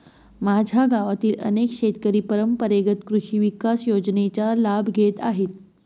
माझ्या गावातील अनेक शेतकरी परंपरेगत कृषी विकास योजनेचा लाभ घेत आहेत